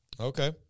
Okay